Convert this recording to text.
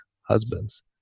husbands